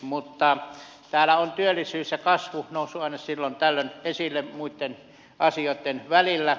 mutta täällä ovat työllisyys ja kasvu nousseet aina silloin tällöin esille muitten asioitten välillä